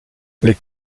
les